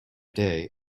day